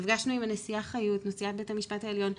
נפגשנו עם נשיאת ביהמ"ש העליון חיות,